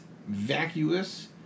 vacuous